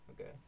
okay